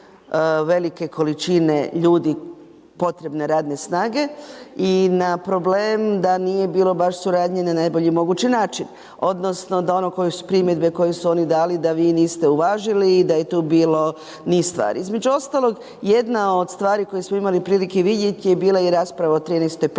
velike količine ljudi, potrebne radne snage i na problem da nije bilo baš suradnje na najbolji mogući način, odnosno, da one primjedbe koji su oni dali, da vi niste uvažili i da je tu bilo niz stvari. Između ostalih, jedna od stvari koju smo imali priliku vidjeti, bila je rasprava o 13 plaći.